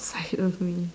side of me